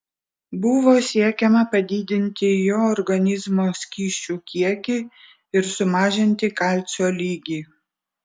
buvo siekiama padidinti jo organizmo skysčių kiekį ir sumažinti kalcio lygį